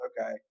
okay